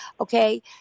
Okay